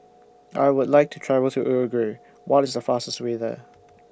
I Would like to travel to Uruguay What IS The fastest Way There